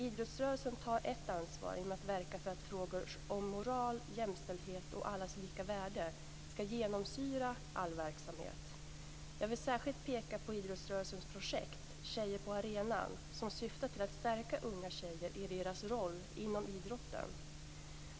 Idrottsrörelsen tar ett ansvar genom att verka för att frågor om moral, jämställdhet och allas lika värde skall genomsyra all verksamhet. Jag vill särskilt peka på idrottsrörelsens projekt Tjejer på arenan, som syftar till att stärka unga tjejer i deras roll inom idrotten.